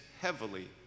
heavily